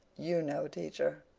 you know, teacher.